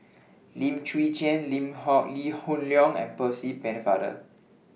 Lim Chwee Chian Lee Hoon Leong and Percy Pennefather